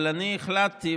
אבל אני החלטתי,